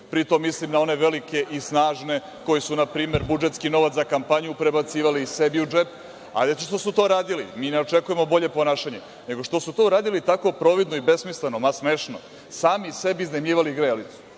pri tom mislim na one velike i snažne koji su npr. budžetski novac za kampanju prebacivali sebi u džep. Ali, hajde što su to radili, mi ne očekujemo bolje ponašanje, nego što su to radili tako providno i besmisleno, smešno, sami sebi iznajmljivali grejalicu.